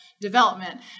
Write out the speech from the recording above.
development